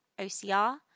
OCR